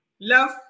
love